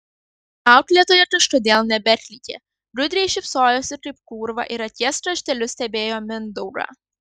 auklėtoja kažkodėl nebeklykė gudriai šypsojosi kaip kūrva ir akies krašteliu stebėjo mindaugą